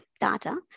data